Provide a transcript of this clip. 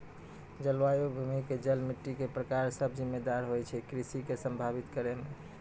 जलवायु, भूमि के जल, मिट्टी के प्रकार सब जिम्मेदार होय छै कृषि कॅ प्रभावित करै मॅ